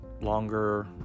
longer